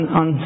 on